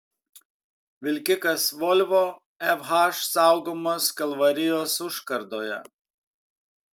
vilkikas volvo fh saugomas kalvarijos užkardoje